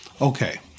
Okay